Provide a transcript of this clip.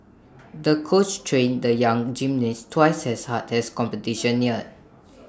the coach trained the young gymnast twice as hard as the competition neared